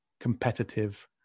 competitive